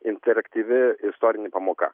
interaktyvi istorinė pamoka